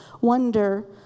wonder